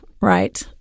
right